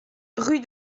rue